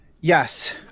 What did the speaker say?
Yes